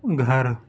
گھر